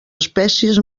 espècies